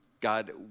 God